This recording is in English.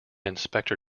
inspector